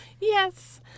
Yes